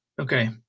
okay